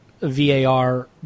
VAR